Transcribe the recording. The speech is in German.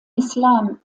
islam